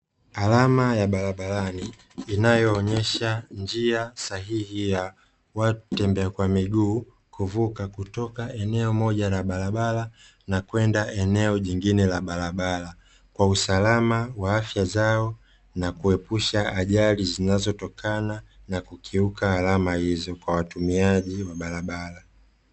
Alama ya barabarani inayoonyesha njia sahihi ya watembea kwa miguu kuvuka, kutoka eneo moja la barabara na kwenda eneo jingine la barabara kwa usalama wa afya zao na kuepusha ajali zinazotokana na kukiuka alama hizo kwa watumiaji wa barabara.